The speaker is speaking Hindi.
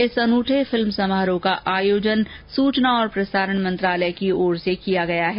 इस अनुठे फिल्म समारोह का आयोजन सूचना और प्रसारण मंत्रालय ने किया है